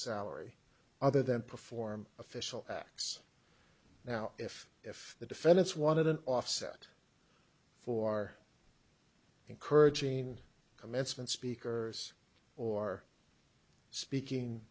salary other than perform official acts now if if the defendants wanted an offset for encouraging commencement speakers or speaking